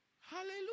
Hallelujah